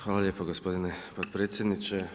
Hvala lijepo gospodine potpredsjedniče.